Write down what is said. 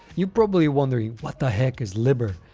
you're probably wondering what the heck is libor?